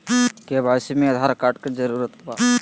KYC में Aadhaar card के जरूरत बा?